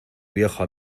viejo